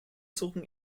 suchen